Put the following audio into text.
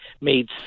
made